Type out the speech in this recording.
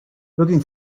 looking